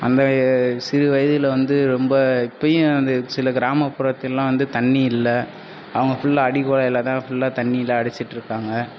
அந்த சிறு வயதில் வந்து ரொம்ப இப்போயும் வந்து சில கிராமப்புறத்திலேலாம் வந்து தண்ணி இல்லை அவங்க ஃபுல்லாக அடிக் குழாயிலதான் ஃபுல்லாக தண்ணியெலாம் அடிச்சுட்ருக்காங்க